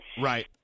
Right